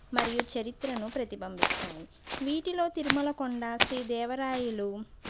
మరియు చరిత్రను ప్రతిబింబిస్తాయి వీటిలో తిరుమల కొండ శ్రీదేవరాయులు